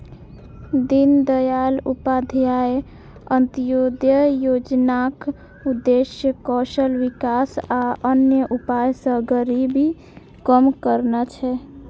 दीनदयाल उपाध्याय अंत्योदय योजनाक उद्देश्य कौशल विकास आ अन्य उपाय सं गरीबी कम करना छै